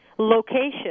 Location